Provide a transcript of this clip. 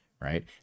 right